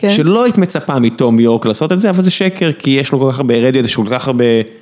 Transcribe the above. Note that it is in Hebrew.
שלא היית מצפה מתום יורק לעשות את זה, אבל זה שקר, כי יש לו כל כך הרבה, לרדיוהד יש כל כך הרבה...